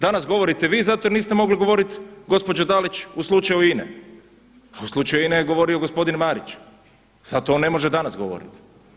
Danas govorite vi zato jer niste mogli govorit gospođo Dalić u slučaju INA-e, a o slučaju INA-e je govorio gospodin Marić, zato on ne može danas govoriti.